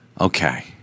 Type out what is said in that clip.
okay